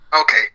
Okay